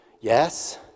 Yes